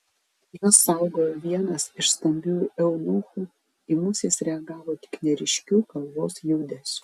juos saugojo vienas iš stambiųjų eunuchų į mus jis reagavo tik neryškiu galvos judesiu